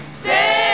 stay